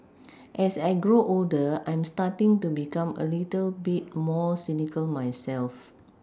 as I grow older I'm starting to become a little bit more cynical myself